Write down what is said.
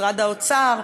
משרד האוצר,